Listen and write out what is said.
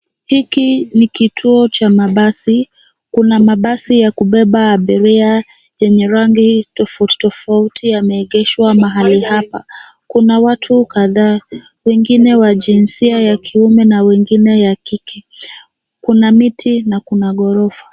Hiki ni kituo cha mabasi kuna mabasi ya kubeba abiria yenye rangi tofautitofauti yameegeshwa mahali hapa. Kuna watu kadhaa wengine wa jinsia ya kiume na wengine ya kike. Kuna miti na kuna ghorofa.